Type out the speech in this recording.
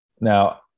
Now